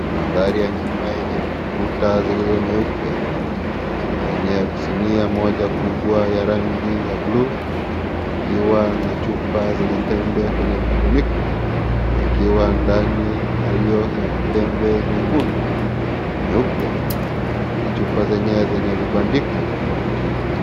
Mandhari ya nyuma yenye kuta zilizo nyeupe na kwenye sinia moja kubwa ya rangi ya bluu pakiwa na chupa zenye tembe kwenye vifuniko zikiwa ndani ya hiyo ya tembe nyekundu, nyeupe na chupa zenyewe zenye vibandiko tofauti.